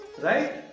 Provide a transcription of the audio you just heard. right